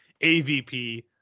AVP